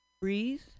breathe